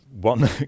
one